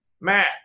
Matt